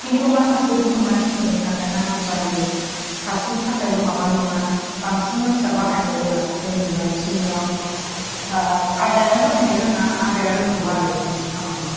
खिन्थु माखासे गुबुन मानसिफोरनि थाखाय नांगौ जायो सासेनि थाखायल' माबा नङा बांसिन मानसिया बाहायनो रोङा जों नुनाय खिनियाव ओ आदायानो बाहायनो रोङा आदाया रोंगौ आरो जौनि खामानिखौ